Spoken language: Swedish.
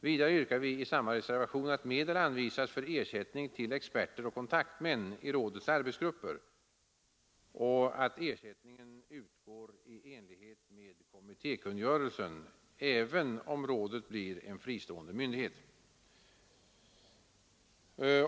Vidare yrkar vi i samma reservation att medel anvisas för ersättning till experter och kontaktmän i rådets arbetsgrupper och att ersättningen utgår i enlighet med kommittékungörelsen, även om rådet blir en fristående myndighet.